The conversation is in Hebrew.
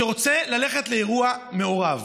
שרוצה ללכת לאירוע מעורב,